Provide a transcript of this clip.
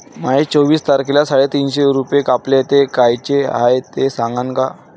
माये चोवीस तारखेले साडेतीनशे रूपे कापले, ते कायचे हाय ते सांगान का?